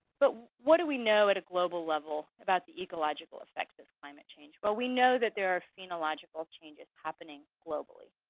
but what do we know at a global level about the ecological effects of climate change? but we know that there are phenological changes happening, globally.